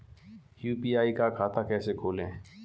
UPI का खाता कैसे खोलें?